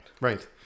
right